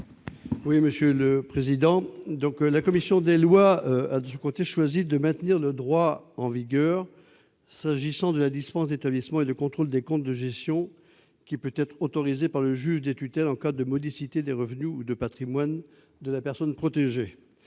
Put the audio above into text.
explication de vote. La commission des lois a choisi de maintenir le droit en vigueur s'agissant de la dispense d'établissement et de contrôle des comptes de gestion, qui peut être autorisée par le juge des tutelles en cas de modicité des revenus ou du patrimoine de la personne protégée.